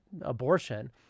abortion